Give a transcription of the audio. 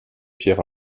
pierre